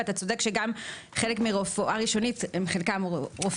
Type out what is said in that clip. ואתה צודק שחלק מרופאי רפואה ראשונית הם מומחים.